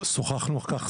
שוחחנו על כך,